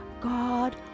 God